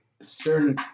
certain